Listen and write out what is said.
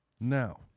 Now